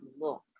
look